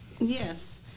Yes